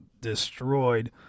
destroyed